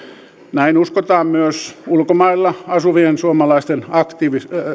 näin uskotaan myös ulkomailla asuvien suomalaisten